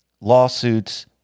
lawsuits